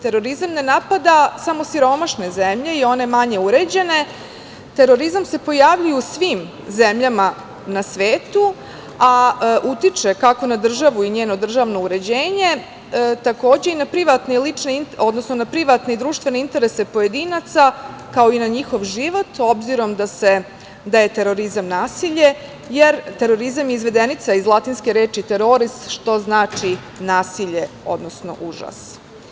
Terorizam ne napada samo siromašne zemlje i one manje uređene, terorizam se pojavljuje u svim zemljama na svetu, a utiče kako na državu i njeno državno uređenje, takođe i na privatne i društvene interese pojedinaca, kao i na njihov život, obzirom da je terorizam nasilje, jer terorizam je izvedenica iz latinske reči - teroris, što znači nasilje, odnosno užas.